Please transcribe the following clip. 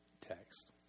text